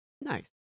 Nice